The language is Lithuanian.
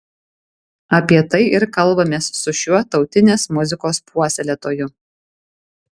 apie tai ir kalbamės su šiuo tautinės muzikos puoselėtoju